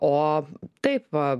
o taip va